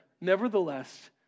Nevertheless